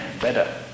better